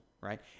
right